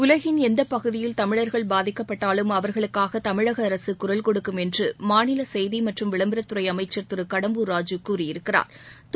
உலகின் எந்தப் பகுதியில் தமிழர்கள் பாதிக்கப்பட்டாலும் அவர்களுக்காக தமிழக அரசு குரல் கொடுக்கும் என்று மாநில செய்தி மற்றும் விளம்பரத் துறை அமைச்சர் திரு கடம்பூர் ராஜூ கூறியிருக்கிறா்